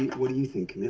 what do you think,